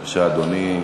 בבקשה, אדוני.